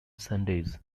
sundays